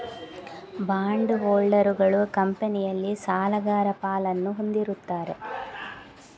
bond ಹೋಲ್ಡರುಗಳು ಕಂಪನಿಯಲ್ಲಿ ಸಾಲಗಾರ ಪಾಲನ್ನು ಹೊಂದಿರುತ್ತಾರೆ